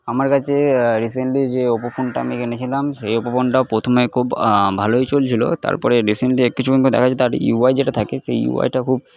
আমার কাছে রিসেন্টলি যে ওপো ফোনটা আমি কিনেছিলাম সেই ওপো ফোনটাও প্রথমে খুব ভালোই চলছিলো তারপরে রিসেন্টে কিছুদিন পর দেখা যায় তার ইউয়াই যেটা থাকে সেই ইউ য়াইটা খুব